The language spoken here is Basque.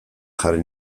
jarri